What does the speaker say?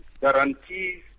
guarantees